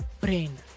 brain